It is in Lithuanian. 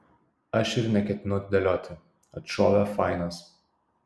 aš ir neketinu atidėlioti atšovė fainas